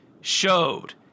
showed